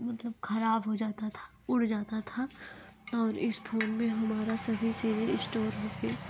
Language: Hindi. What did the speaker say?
मतलब खराब हो जाता था उड़ जाता था और इस फ़ोन में हमारा सभी चीज स्टोर होके